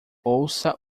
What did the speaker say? ouça